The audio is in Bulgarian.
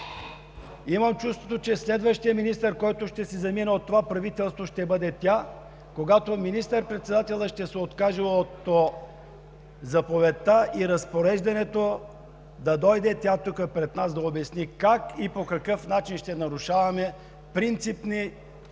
Имам чувството, че следващият министър, който ще си замине от това правителство, ще бъде тя, когато министър-председателят ще се откаже от заповедта и разпореждането! Да дойде тя тук пред нас да обясни как и по какъв начин ще нарушаваме принципни неща,